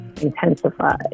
intensified